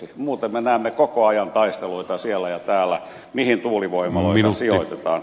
muuten me näemme koko ajan taisteluita siellä ja täällä mihin tuulivoimaloita sijoitetaan